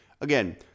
Again